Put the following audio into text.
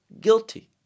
guilty